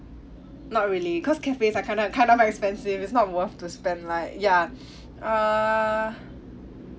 not really cause cafes are kind of kind of expensive it's not worth to spend like ya err